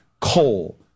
coal